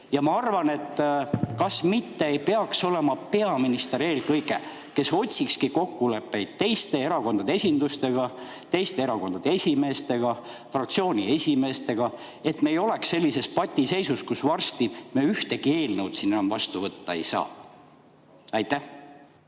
tahan küsida, kas mitte ei peaks olema eelkõige peaminister see, kes otsikski kokkuleppeid teiste erakondade esindustega, teiste erakondade esimeestega, fraktsiooniesimeestega, et me ei oleks sellises patiseisus, nii et me varsti ühtegi eelnõu siin enam vastu võtta ei saa. Aitäh!